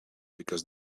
because